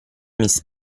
miss